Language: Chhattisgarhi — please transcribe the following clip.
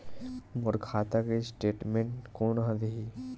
मोर खाता के स्टेटमेंट कोन ह देही?